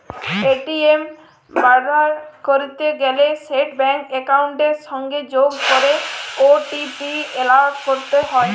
ATM ব্যাভার ক্যরতে গ্যালে সেট ব্যাংক একাউলটের সংগে যগ ক্যরে ও.টি.পি এলটার ক্যরতে হ্যয়